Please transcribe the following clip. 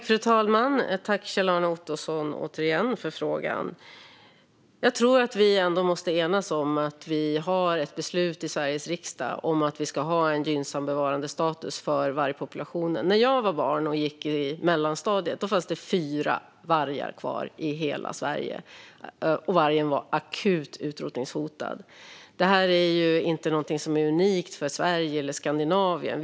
Fru talman! Tack återigen för frågorna, Kjell-Arne Ottosson! Jag tror att vi ändå måste enas om att vi har ett beslut i Sveriges riksdag om att vi ska ha en gynnsam bevarandestatus för vargpopulationen. När jag var barn och gick i mellanstadiet fanns det fyra vargar kvar i hela Sverige. Vargen var akut utrotningshotad. Det här är inte någonting som är unikt för Sverige eller Skandinavien.